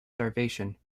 starvation